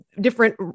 different